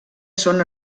són